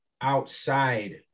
outside